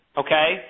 okay